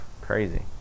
crazy